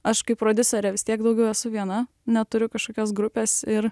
aš kaip prodiuserė vis tiek daugiau esu viena neturiu kažkokios grupės ir